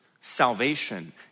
salvation